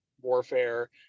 warfare